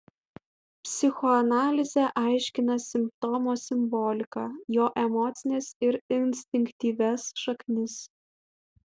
psichoanalizė aiškina simptomo simboliką jo emocines ir instinktyvias šaknis